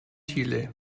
chile